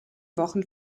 wochen